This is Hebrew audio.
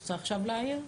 את רוצה עכשיו להעיר?